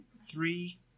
three